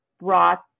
brought